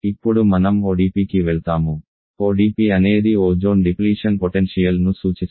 ఇప్పుడు మనం ODPకి వెళ్తాము ODP అనేది ఓజోన్ డిప్లీషన్ పొటెన్షియల్ ను సూచిస్తుంది